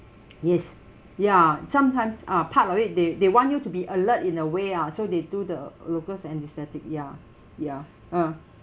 yes ya sometimes ah part of it they they want you to be alert in a way ah so they do the locals anesthetic ya ya uh